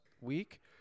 week